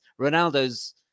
Ronaldo's